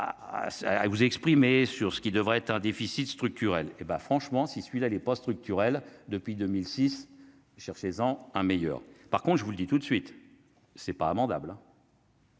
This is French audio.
à vous exprimer sur ce qui devrait être un déficit structurel et bah franchement si celui-là est pas structurelle depuis 2006 chercher Zhang un meilleur par contre, je vous le dis tout de suite, ce n'est pas amendable.